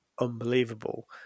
unbelievable